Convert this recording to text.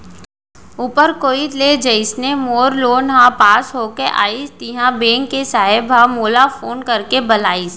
ऊपर कोइत ले जइसने मोर लोन ह पास होके आइस तिहॉं बेंक के साहेब ह मोला फोन करके बलाइस